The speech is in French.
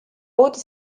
haute